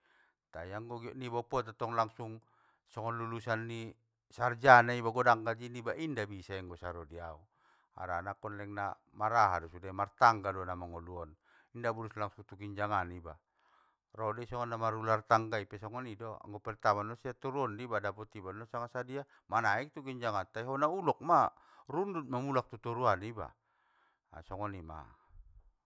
Tai anggo giotniba poda tong langsung, songon lulusan ni, sarjana iba godang gaji niba, inda bisa anggo saro diau, harana kon leng maraha do sude martangga do namangoluon, inda bulus langsung tu ginjangan iba. Ro dei songon na mar ular tangga pe songoni do! Anggo pertama nasian toru on diba dapot iba non sanga sadia manaek tu ginjangan tai hona ulokma! Rundut ma mulak tu toruan iba. A songonima.